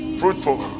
fruitful